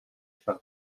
femmes